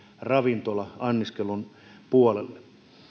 ravintola anniskelun puolelle